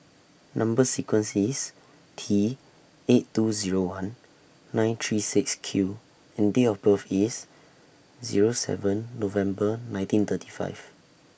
Number sequence IS T eight two Zero one nine three six Q and Date of birth IS Zero seven November nineteen thirty five